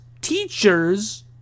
teachers